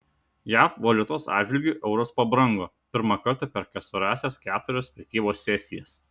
jav valiutos atžvilgiu euras pabrango pirmą kartą per pastarąsias keturias prekybos sesijas